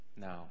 now